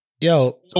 Yo